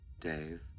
Dave